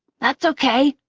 that's okay.